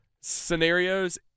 scenarios